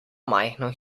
majhno